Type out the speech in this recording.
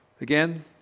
Again